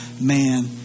man